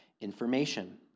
information